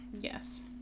Yes